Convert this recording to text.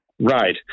right